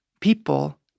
people